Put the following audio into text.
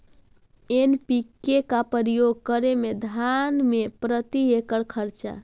NPK का प्रयोग करे मे धान मे प्रती एकड़ खर्चा?